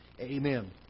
Amen